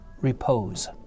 repose